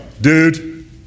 dude